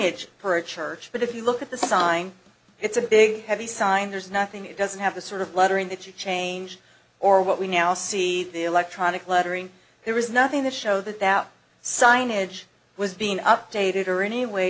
per church but if you look at the sign it's a big heavy sign there's nothing it doesn't have the sort of lettering that you change or what we now see the electronic lettering there is nothing to show that that signage was being updated or any way